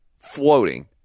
floating